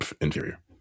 interior